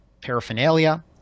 paraphernalia